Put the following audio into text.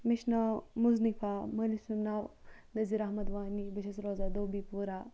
مےٚ چھُ ناو مُظنِفا مٲلِس چھُم ناو نَزیٖر احمَد وانی بہٕ چھَس روزان دوبی پوٗرہ